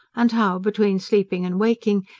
and how, between sleeping and waking,